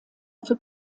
für